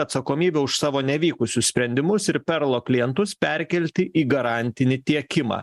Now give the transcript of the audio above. atsakomybę už savo nevykusius sprendimus ir perlo klientus perkelti į garantinį tiekimą